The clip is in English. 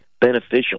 beneficial